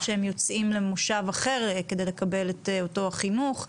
שהם יוצאים למושב אחר על מנת לקבל את אותו החינוך,